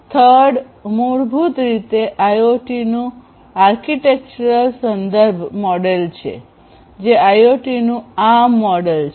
થડ મૂળભૂત રીતે આઇઓટીનું આર્કિટેક્ચરલ સંદર્ભ મોડેલ છે જે આઈઓટીનું આર્મ મોડેલ છે